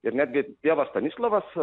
ir netgi tėvas stanislovas